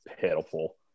pitiful